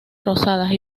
rosadas